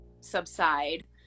subside